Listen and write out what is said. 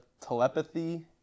telepathy